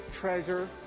treasure